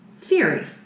theory